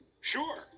Sure